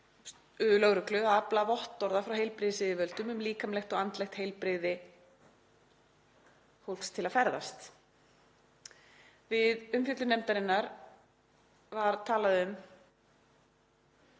lögreglu að afla vottorða frá heilbrigðisyfirvöldum um líkamlegt og andlegt heilbrigði fólks til að ferðast. Við umfjöllun nefndarinnar var talað um,